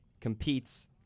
competes